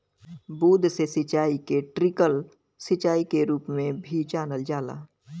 बूंद से सिंचाई के ट्रिकल सिंचाई के रूप में भी जानल जाला